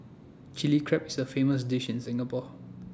Chilli Crab is A famous dish in Singapore